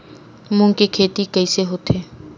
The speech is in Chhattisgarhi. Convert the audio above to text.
मूंग के खेती कइसे होथे?